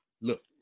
Look